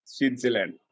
Switzerland